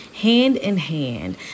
hand-in-hand